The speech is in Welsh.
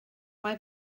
mae